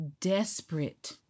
desperate